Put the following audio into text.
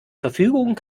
verfügung